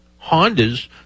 Hondas